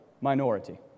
minority